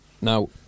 now